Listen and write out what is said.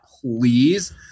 please